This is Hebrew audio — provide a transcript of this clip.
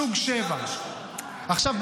סוג 7. עכשיו,